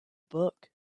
book